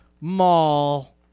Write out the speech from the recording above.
mall